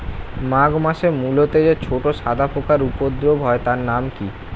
মাঘ মাসে মূলোতে যে ছোট সাদা পোকার উপদ্রব হয় তার নাম কি?